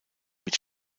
mit